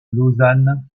lausanne